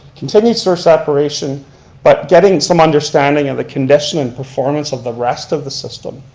continued sewer separation but getting some understanding of the condition and performance of the rest of the system,